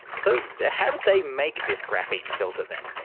so how did they make this graphene filter then?